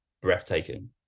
breathtaking